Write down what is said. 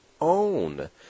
own